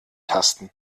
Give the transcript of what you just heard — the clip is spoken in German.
tasten